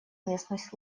местность